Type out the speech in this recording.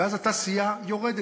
ואז התעשייה יורדת.